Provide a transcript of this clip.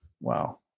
Wow